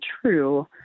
true